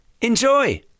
Enjoy